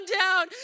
down